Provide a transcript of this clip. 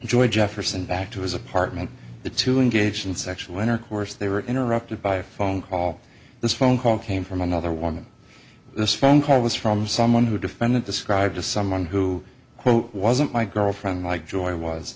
enjoy jefferson back to his apartment the to engage in sexual intercourse they were interrupted by a phone call this phone call came from another woman this phone call was from someone who defended described to someone who quote wasn't my girlfriend like joy was